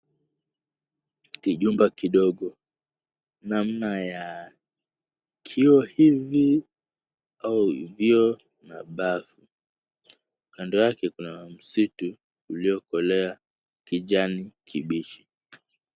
Kijumba kidogo namna ya kioo hivi au vioo na bafu. Kando yake kuna msitu uliokolea kijani kibichi.